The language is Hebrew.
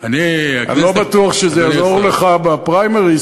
אני לא בטוח שזה יעזור לך בפריימריז,